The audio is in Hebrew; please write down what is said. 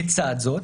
לצד זאת,